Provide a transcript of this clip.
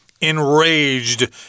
enraged